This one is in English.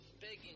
Begging